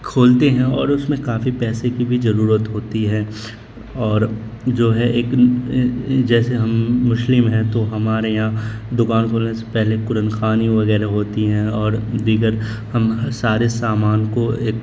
کھولتے ہیں اور اس میں قافی پیسے کی بھی ضرورت ہوتی ہے اور جو ہے ایک جیسے ہم مسلم ہیں تو ہمارے یہاں دوکان کھولنے سے پہلے قرآن خوانی وغیرہ ہوتی ہیں اور دیگر ہم سارے سامان کو ایک